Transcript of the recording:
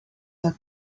have